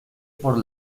por